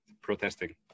protesting